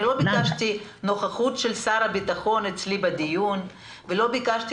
לא ביקשתי נוכחות של שר הביטחון בדיון ולא ביקשתי